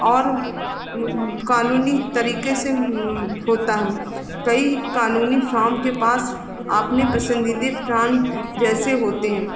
और कानूनी तरीके से होता है कई कानूनी फार्म के पास आपने पसन्दीदा फार्म जैसे होते हैं